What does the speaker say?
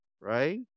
right